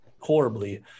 horribly